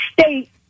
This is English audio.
state